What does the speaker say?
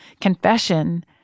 confession